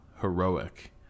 heroic